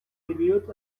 период